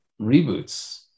reboots